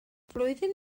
flwyddyn